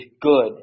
good